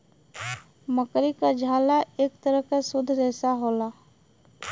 मकड़ी क झाला एक तरह के शुद्ध रेसा होला